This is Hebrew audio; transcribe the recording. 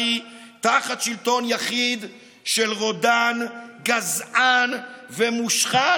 תחת שלטון יחיד של רודן גזען ומושחת,